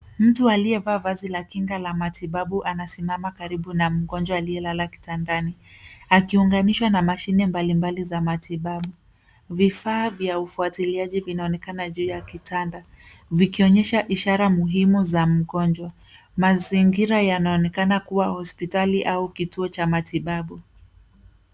Mtu aliyevaa vazi la kinga la matibabu anasimama karibu na mgonjwa aliyelala kitandani, akiunganishwa na mashine mbalimbali za matibabu. Vifaa vya ufuatiliaji vinaonekana juu ya kitanda, vikionyesha ishara muhimu za mgonjwa. Mazingira yanaonekana kuwa hospitali au kituo cha matibabu.